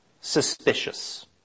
suspicious